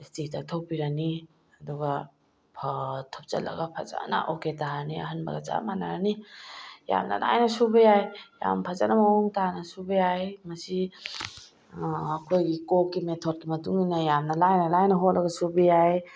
ꯏꯁꯇ꯭ꯔꯤ ꯇꯛꯊꯣꯛꯄꯤꯔꯅꯤ ꯑꯗꯨꯒ ꯊꯨꯞꯆꯤꯜꯂꯒ ꯐꯖꯅ ꯑꯣꯀꯦ ꯇꯥꯔꯅꯤ ꯑꯍꯟꯕꯒ ꯆꯞ ꯃꯥꯟꯅꯔꯅꯤ ꯌꯥꯝꯅ ꯂꯥꯏꯅ ꯁꯨꯕ ꯌꯥꯏ ꯌꯥꯝ ꯐꯖꯅ ꯃꯑꯣꯡ ꯇꯥꯅ ꯁꯨꯕ ꯌꯥꯏ ꯃꯁꯤ ꯑꯩꯈꯣꯏꯒꯤ ꯀꯣꯛꯀꯤ ꯃꯦꯊꯣꯠꯀꯤ ꯃꯇꯨꯡ ꯏꯟꯅ ꯌꯥꯝꯅ ꯂꯥꯏꯅ ꯂꯥꯏꯅ ꯍꯣꯠꯂꯒ ꯁꯨꯕ ꯌꯥꯏ